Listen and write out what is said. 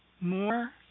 more